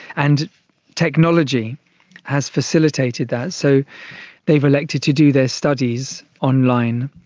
and technology has facilitated that, so they've elected to do their studies online,